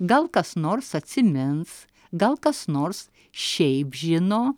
gal kas nors atsimins gal kas nors šiaip žino